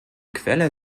quelle